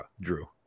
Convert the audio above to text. Drew